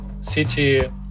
City